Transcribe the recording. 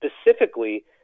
specifically